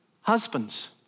Husbands